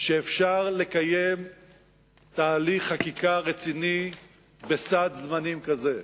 שאפשר לקיים תהליך חקיקה רציני בסד זמנים כזה.